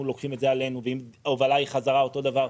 לוקחים את זה עלינו והובלה חזרה אותו דבר.